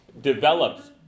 develops